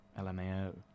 LMAO